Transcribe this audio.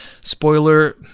Spoiler